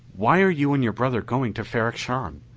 why are you and your brother going to ferrok-shahn?